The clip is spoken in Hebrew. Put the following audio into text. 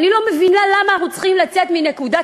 אני לא מבינה למה אנחנו צריכים לצאת מנקודת